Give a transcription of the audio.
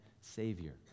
Savior